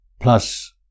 plus